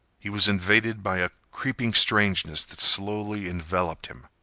he was invaded by a creeping strangeness that slowly enveloped him.